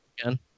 again